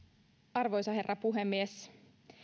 arvoisa herra puhemies